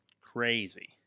crazy